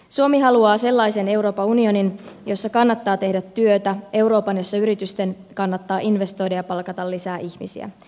suomi haluaa sellaisen euroopan unionin jossa kannattaa tehdä työtä euroopan jossa yritysten kannattaa investoida ja palkata lisää ihmisiä